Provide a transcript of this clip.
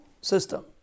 system